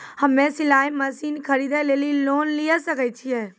हम्मे सिलाई मसीन खरीदे लेली लोन लिये सकय छियै?